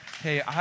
Hey